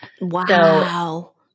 Wow